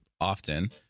often